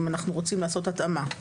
אם אנחנו רוצים לעשות התאמה.